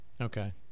Okay